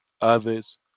other's